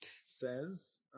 Says